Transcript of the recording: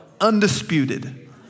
undisputed